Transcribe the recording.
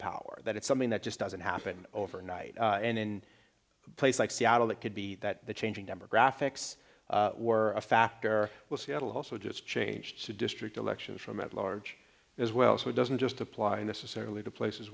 power that it's something that just doesn't happen overnight and in a place like seattle it could be that the changing demographics were a factor was seattle also just changed the district elections from at large as well so it doesn't just apply and this is certainly the places